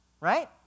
right